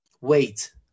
wait